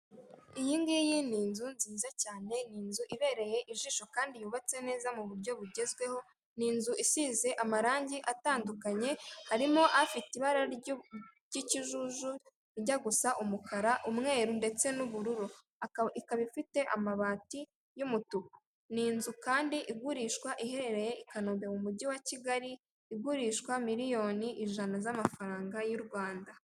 Iyi ngiyi ni inzu nziza cyane ni inzu ibereye ijisho kandi yubatse neza mu buryo bugezweho ni inzu isize amarangi atandukanye harimo afite ibara ry'ikijuju ijya gusa umukara umweru ndetse n'ubururu ikaba ifite amabati y'umutuku. Ni inzu kandi igurishwa iherereye i kanombe mu mujyi wa kigali igurishwa miliyoni ijana z'amafaranga y'u Rwanda.